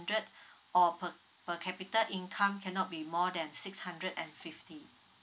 or per capita income cannot be more than six hundred and fifty